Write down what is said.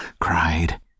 cried